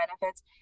benefits